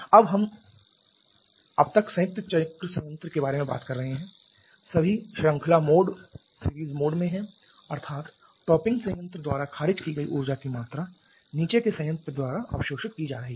अब हम अब तक संयुक्त चक्र संयंत्र के बारे में बात कर रहे हैं सभी श्रृंखला मोड में हैं अर्थात् टॉपिंग संयंत्र द्वारा खारिज की गई ऊर्जा की मात्रा नीचे के संयंत्र द्वारा अवशोषित की जा रही है